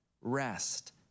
rest